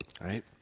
right